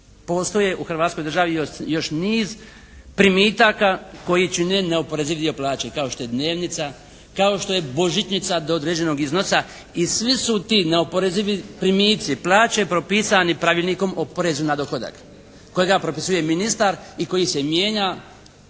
Postoje u Hrvatskoj državi još niz primitaka koji čine neoporeziv dio plaće kao što je dnevnica, kao što je božićnica do određenog iznosa i svi su ti neoporezivi primici plaće propisani Pravilnikom o porezu na dohodak kojega propisuje ministar i koji se mijenja